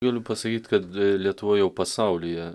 galiu pasakyt kad lietuva jau pasaulyje